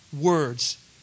words